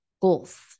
goals